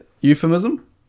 Euphemism